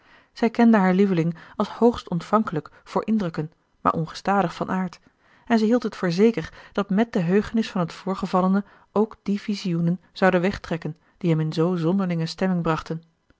zij kende haar lieveling als hoogst ontvankelijk voor indrukken maar ongestadig van aard en zij hield het voor zeker dat met de heugenis van het voorgevallene ook die visioenen zouden wegtrekken die hem in zoo zonderlinge stemming brachten